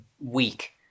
week